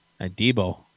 Debo